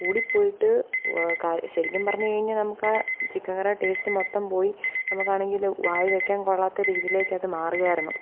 കൂടിപ്പോയിട്ട് ക ശരിക്കും പറഞ്ഞു കഴിഞ്ഞാൽ നമുക്ക് ആ ചിക്കൻ കറിയുടെ ടേസ്റ്റ് മൊത്തം പോയി നമുക്കാണെങ്കിൽ വായിൽ വെക്കാൻ കൊള്ളാത്ത രീതിയിലേക്ക് അതു മാറിയായിരുന്നു